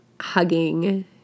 hugging